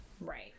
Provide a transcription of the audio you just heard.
Right